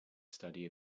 study